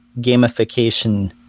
gamification